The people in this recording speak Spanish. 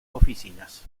oficinas